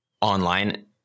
online